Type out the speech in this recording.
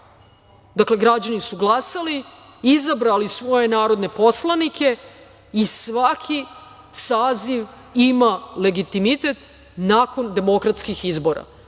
Dakle, građani su glasali, izabrali svoje narodne poslanike i svaki saziv ima legitimitet nakon demokratskih izbora.